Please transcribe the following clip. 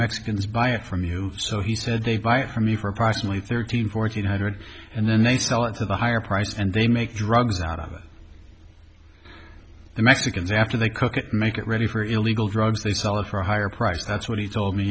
mexicans buy it from you so he said they buy from me for approximately thirteen fourteen hundred and then they sell it for the higher price and they make drugs out of the mexicans after they could make it ready for illegal drugs they sell it for a higher price that's what he told me